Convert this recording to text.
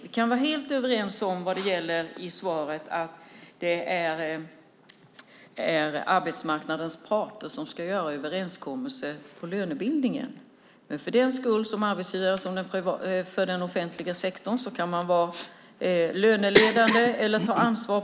Vi kan vara helt överens om att det är arbetsmarknadens parter som ska ingå överenskommelser om lönebildningen. Som arbetsgivare för den offentliga sektorn kan man vara löneledande och ta ansvar.